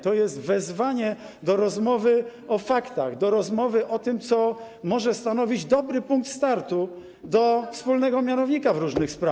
To jest wezwanie do rozmowy o faktach, do rozmowy o tym, co może stanowić dobry punkt startu do wspólnego mianownika w różnych sprawach.